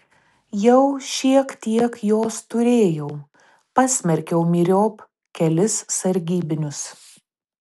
jau šiek tiek jos turėjau pasmerkiau myriop kelis sargybinius